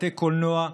בתי קולנוע,